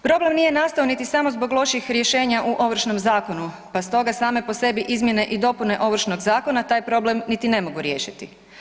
Problem nije nastao niti samo zbog loših rješenja u Ovršnom zakonu pa stoga same po sebi izmjene i dopune Ovršnog zakona taj problem niti ne mogu riješiti.